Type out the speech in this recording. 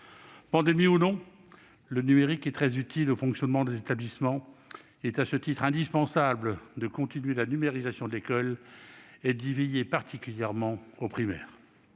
Pandémie ou non, le numérique est très utile au fonctionnement des établissements. Il est à ce titre indispensable de continuer la numérisation de l'école et d'y veiller particulièrement au primaire.